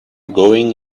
going